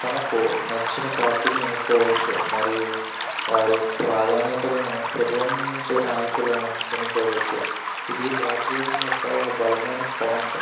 తమకు నచ్చిన పార్టీ ని ఎన్నుకోవచ్చు మరియు వారి ప్రాధాన్యతలను ప్రతిభంబించే నాయకులను ఎన్నుకోవచ్చు ఇది భారతదేశం యొక్క ఒక బలమైన పాయింట్